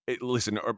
Listen